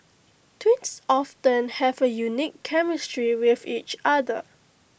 twins often have A unique chemistry with each other